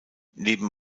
neben